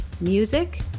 music